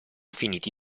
finiti